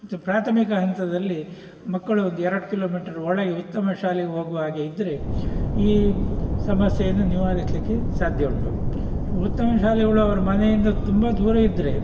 ಮತ್ತು ಪ್ರಾಥಮಿಕ ಹಂತದಲ್ಲಿ ಮಕ್ಕಳು ಒಂದೆರಡು ಕಿಲೋಮೀಟರ್ ಒಳಗೆ ಉತ್ತಮ ಶಾಲೆ ಹೋಗುವಾಗೆ ಇದ್ದರೆ ಈ ಸಮಸ್ಯೆಯನ್ನು ನಿವಾರಿಸಲಿಕ್ಕೆ ಸಾಧ್ಯ ಉಂಟು ಉತ್ತಮ ಶಾಲೆ ಉಳ್ಳವರು ಮನೆಯಿಂದ ತುಂಬ ದೂರ ಇದ್ದರೆ